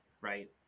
right